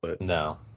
No